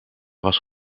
was